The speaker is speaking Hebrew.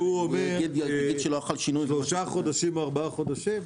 הוא אומר: שלושה, ארבעה חודשים.